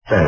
ಮುಕ್ತಾಯ